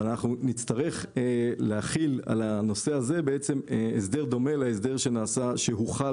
שאנחנו נצטרך להחיל על הנושא הזה הסדר דומה להסדר שהוחל